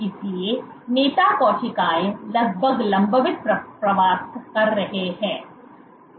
इसलिए नेता कोशिकाएं लगभग लंबवत प्रवास कर रहे थे